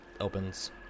opens